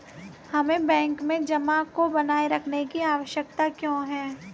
हमें बैंक में जमा को बनाए रखने की आवश्यकता क्यों है?